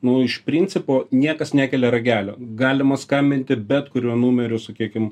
nu iš principo niekas nekelia ragelio galima skambinti bet kuriuo numeriu sakykim